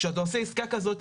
כשאתה עושה עסקה כזאת,